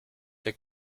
der